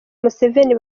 museveni